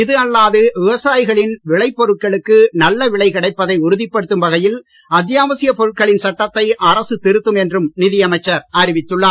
இது அல்லாது விவசாயிகளின் விளை பொருட்களுக்கு நல்ல விலை கிடைப்பதை உறுதிப் படுத்தும் வகையில் அத்தியாவசியப் பொருட்களின் சட்டத்தை அரசு திருத்தும் என்றும் நிதியமைச்சர் அறிவித்துள்ளார்